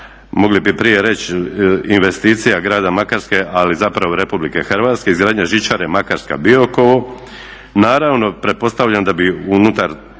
mogli bi prije reći investicija grada Makarske ali zapravo RH, izgradnja žičare Makarska-Biokovo naravno pretpostavljam da bi unutar